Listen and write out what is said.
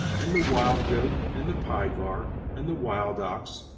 and the wild goat, and the pygarg, and the wild ox,